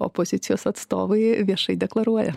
opozicijos atstovai viešai deklaruoja